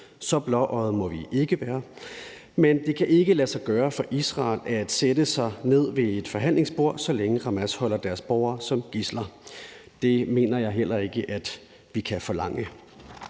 Så blåøjede må vi ikke være, men det kan ikke lade sig gøre for Israel at sætte sig ned ved et forhandlingsbord, så længe Hamas holder deres borgere som gidsler. Det mener jeg heller ikke at vi kan forlange.